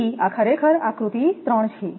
તેથી આ ખરેખર આકૃતિ 3 છે